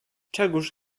czegóż